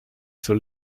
zur